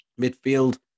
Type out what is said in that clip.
Midfield